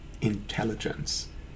intelligence